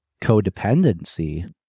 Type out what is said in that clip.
codependency